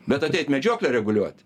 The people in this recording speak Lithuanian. bet ateit medžioklę reguliuot